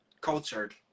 cultured